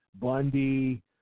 Bundy